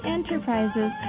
Enterprises